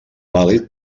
vàlid